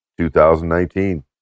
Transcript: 2019